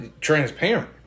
transparent